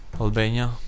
Albania